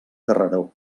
carreró